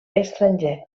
estranger